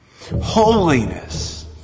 holiness